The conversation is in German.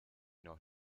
noch